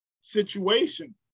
situation